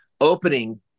opening